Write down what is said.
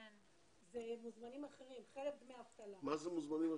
מאה אחוז.